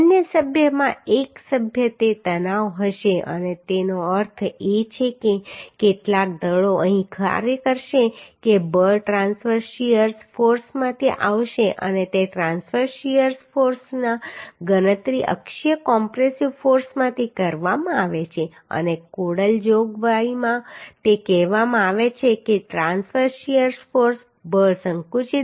અન્ય સભ્યમાં એક સભ્ય તે તણાવ હશે અને તેનો અર્થ એ છે કે કેટલાક દળો અહીં કાર્ય કરશે કે બળ ટ્રાંસવર્સ શીયર ફોર્સમાંથી આવશે અને તે ટ્રાન્સવર્સ શીયર ફોર્સની ગણતરી અક્ષીય કમ્પ્રેસિવ ફોર્સમાંથી કરવામાં આવે છે અને કોડલ જોગવાઈમાં તે કહેવામાં આવે છે કે ટ્રાન્સવર્સ શીયર ફોર્સ બળ સંકુચિત બળના 2